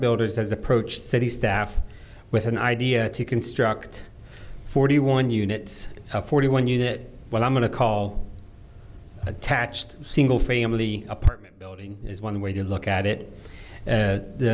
builders has approached city staff with an idea to construct forty one units forty one unit what i'm going to call attached single family apartment building is one way to look at it